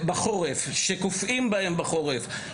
זה הרבה פחות תופעות של הפרות משמעת ושל